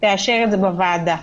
תאשר את זה בוועדה,